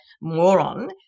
Moron